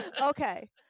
Okay